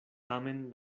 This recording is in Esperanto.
tamen